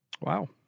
Wow